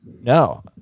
No